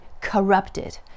corrupted